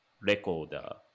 recorder